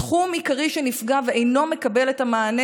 תחום עיקרי שנפגע ואינו מקבל את המענה